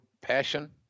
passion